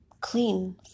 clean